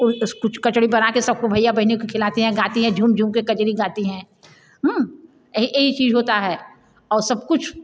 अस कुछ कचौड़ी बना के सबको भईया बहिनी को खिलाते हैं गाती हैं झूम झूम के कजरी गाती हैं एही एही चीज होता है आउ सब कुछ